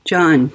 John